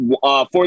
fourth